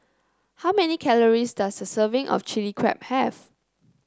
how many calories does a serving of Chilli Crab have